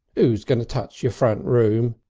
who's going to touch yer front room?